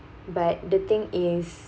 but the thing is